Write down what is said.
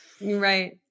Right